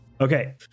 Okay